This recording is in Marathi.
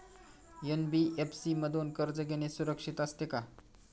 एन.बी.एफ.सी मधून कर्ज घेणे सुरक्षित असते का?